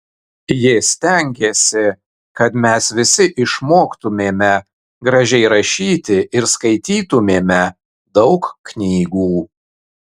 ji stengėsi kad mes visi išmoktumėme gražiai rašyti ir skaitytumėme daug knygų